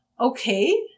Okay